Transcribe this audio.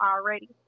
already